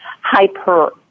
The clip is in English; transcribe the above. hyper